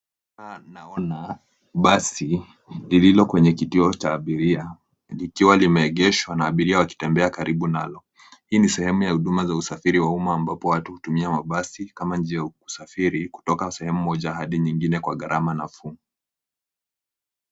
Hapa naona basi ilio kituo cha abiria, likiwa lime egeshwa na abiria waki tembea karibu nalo. Hii ni sehemu ya usafiri wa umma ambapo watu hutumia mabasi kama njia ya usafiri kutoka sehemu moja hadi nyingine kwa gharama nafuu.